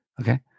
okay